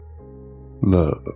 love